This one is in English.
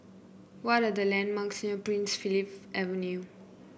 what are the landmarks near Prince Philip Avenue